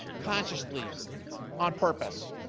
consciously on purpose.